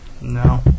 No